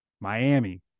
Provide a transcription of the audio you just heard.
Miami